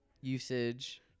usage